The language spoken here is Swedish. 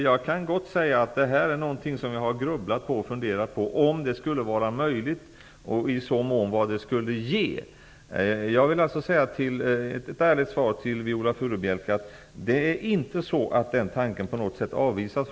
Jag har grubblat på om det skulle vara möjligt att sända i väg en delegation och på vad det skulle ge. Jag avvisar inte på något sätt tanken.